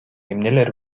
эмнелер